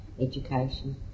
education